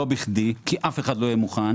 כי אף אחד לא יהיה מוכן.